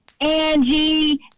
Angie